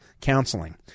counseling